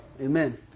Amen